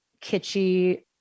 kitschy